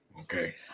Okay